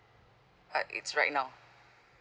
uh it's right now